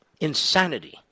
insanity